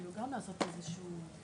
כאילו גם לעשות איזשהו,